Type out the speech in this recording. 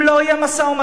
אם לא יהיה משא-ומתן,